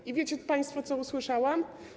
I wiecie państwo, co usłyszałam?